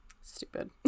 Stupid